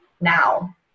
now